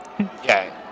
Okay